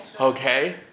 Okay